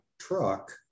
truck